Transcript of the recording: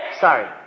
sorry